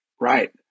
Right